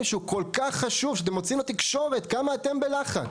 שהוא כל כך חשוב שאתם מוציאים לתקשורת כמה אתם בלחץ.